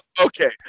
Okay